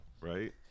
right